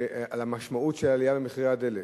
על המשמעות של העלייה במחירי הדלק.